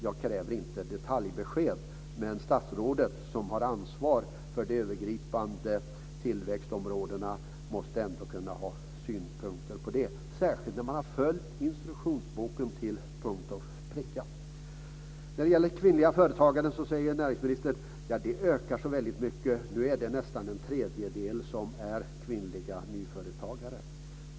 Jag kräver inte detaljbesked men statsrådet, som har ansvar för de övergripande tillväxtområdena, måste väl ändå kunna ha synpunkter på detta, särskilt som instruktionsboken följts till punkt och pricka. Det kvinnliga företagandet ökar väldigt mycket. Nu är det nästan en tredjedel som är kvinnliga nyföretagare, säger näringsministern.